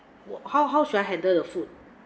wh~ how how should I handle the food